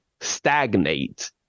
stagnate